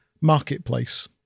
marketplace